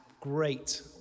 great